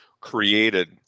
created